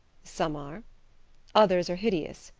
some are others are hideous,